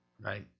right